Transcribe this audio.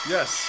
Yes